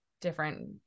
different